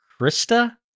Krista